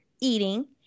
eating